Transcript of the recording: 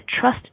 trust